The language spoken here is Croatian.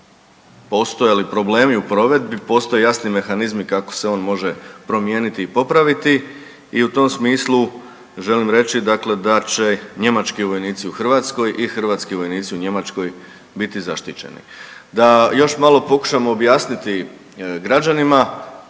postajali problemi u provedbi, postoje jasni mehanizmi kako se on može promijeniti i popraviti i u tom smislu želim reći dakle da će njemački vojnici u Hrvatskoj i hrvatski vojnici u Njemačkoj biti zaštićeni. Da još malo pokušam objasniti građanima,